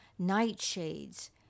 nightshades